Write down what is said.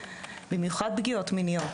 במיוחד פגיעות מיניות,